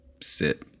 sit